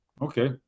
Okay